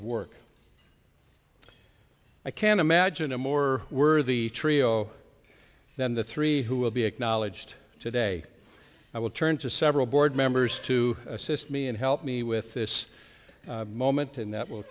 of work i can imagine a more worthy trio than the three who will be acknowledged today i will turn to several board members to assist me and help me with this moment and that will